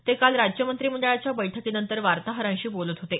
ते काल राज्य मंत्रिमंडळाच्या बैठकीनंतर वार्ताहरांशी बोलत होते